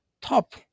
top